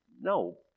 No